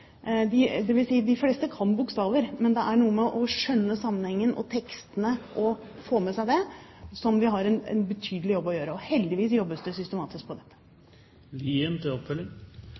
de fleste kan bokstavene, men det er noe med å skjønne sammenhengen og tekstene og få med seg det, som gjør at vi har en betydelig jobb å gjøre. Heldigvis jobbes det systematisk